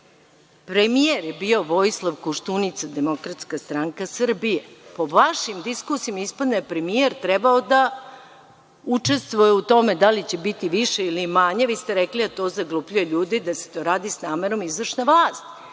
Premijer je bio Vojislav Koštunica, DSS. Po vašim diskusijama ispadne da je premijer trebao da učestvuje u tome da li će biti više ili manje. Vi ste rekli da to zaglupljuje ljude i da to radi sa namerom izvršna vlast.